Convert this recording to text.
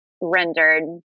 rendered